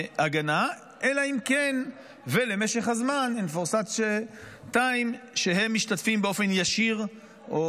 אלא אם כן למשך הזמן שהם משתתפים באופן ישיר או